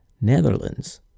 Netherlands